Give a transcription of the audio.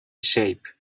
shape